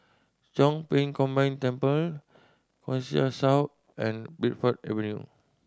Chong Pang Combined Temple Connexis South and Bridport Avenue